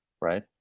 right